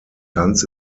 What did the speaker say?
tanz